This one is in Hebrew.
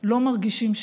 אנחנו רואים פה,